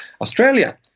Australia